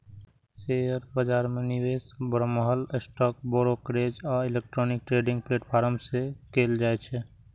share बाजार मे निवेश बरमहल स्टॉक ब्रोकरेज आ इलेक्ट्रॉनिक ट्रेडिंग प्लेटफॉर्म सं कैल जाइ छै